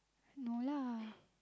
no lah